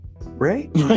right